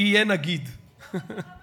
יהיה נגיד או נגידה, אלא אם כן, יהיה נגיד.